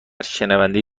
شنونده